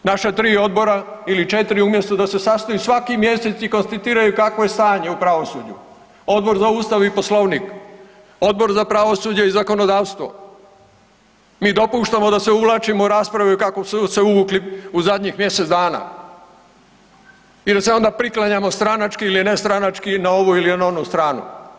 Naša tri odbora ili četiri umjesto da se sastaju svaki mjesec i konstatiraju kakvo je stanje u pravosuđu Odbor za Ustav i poslovnik, Odbor za pravosuđe i zakonodavstvo, mi dopuštamo da se uvlačimo u rasprave u kakve smo se uvukli u zadnjih mjesec dana i da se onda priklanjamo stranački ili ne stranački na ovu ili na onu stranu.